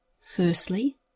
Firstly